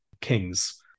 kings